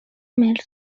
melt